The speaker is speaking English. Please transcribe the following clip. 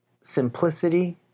simplicity